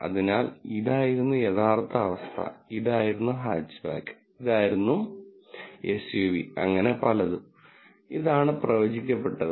അതിനാൽ ഇതായിരുന്നു യഥാർത്ഥ അവസ്ഥ ഇതായിരുന്നു ഹാച്ച്ബാക്ക് ഇതായിരുന്നു യഥാർത്ഥ അവസ്ഥ ഇതായിരുന്നു എസ്യുവി അങ്ങനെ പലതും ഇതാണ് പ്രവചിക്കപ്പെട്ടത്